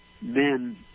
men